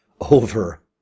Over